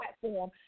platform